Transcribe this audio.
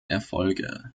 erfolge